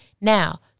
Now